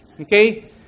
okay